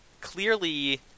clearly